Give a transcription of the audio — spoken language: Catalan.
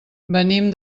venim